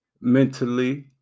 mentally